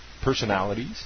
personalities